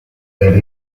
elle